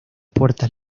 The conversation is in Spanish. puertas